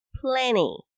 plenty